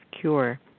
cure